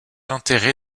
enterré